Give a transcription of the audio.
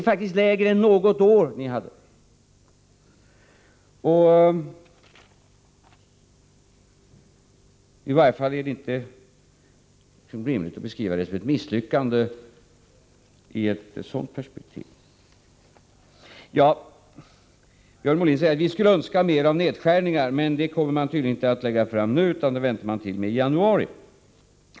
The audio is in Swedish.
I varje fall är det inte rimligt att beskriva inflationsbekämpningen som ett misslyckande i ett sådant perspektiv. Björn Molin säger att man skulle önska mera nedskärningar, men det kommer man tydligen inte att lägga fram några förslag om nu, utan det väntar man med till i januari.